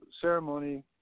ceremony